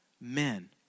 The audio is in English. men